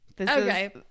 Okay